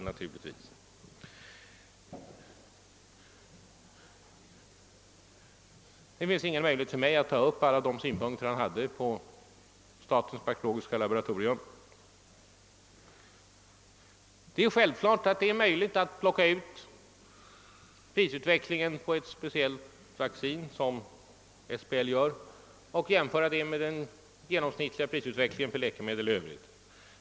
Det finns således ingen möjlighet för mig att ta upp alla de synpunkter herr Burenstam Linder anförde beträffande statens bakteriologiska laboratorium . Givetvis kan man plocka ut prisutvecklingen på ett speciellt vaccin som SBL tillverkar och jämföra den med den genomsnittliga prisutvecklingen för läkemedel i övrigt.